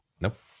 Nope